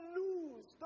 lose